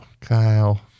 Kyle